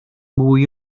mwy